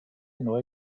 neu